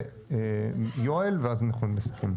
ויואל ואז אנחנו נסכם.